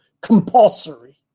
compulsory